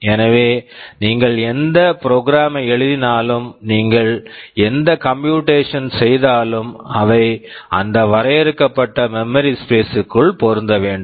எனவே நீங்கள் எந்த ப்ரோக்ராம் program ஐ எழுதினாலும் நீங்கள் எந்த கம்ப்யூட்டேஷன்ஸ் computations ஐ செய்தாலும் அவை அந்த வரையறுக்கப்பட்ட மெமரி ஸ்பேஸ் memory space ற்குள் பொருந்த வேண்டும்